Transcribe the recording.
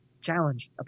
challenge